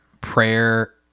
prayer